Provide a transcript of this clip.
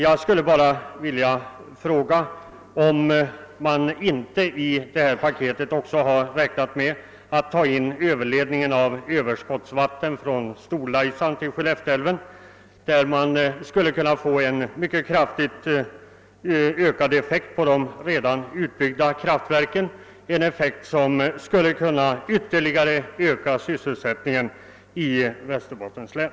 Jag skulle till sist vilja fråga, om man inte i detta paket har räknat med att också ta in överledningen av överskottsvatten från Storlaisan till Skellefteälven varigenom man skulle kunna få en mycket kraftigt ökad effekt på flera redan utbyggda kraftverk. Det projektet skulle också kunna öka sysselsättningen i Västerbottens län.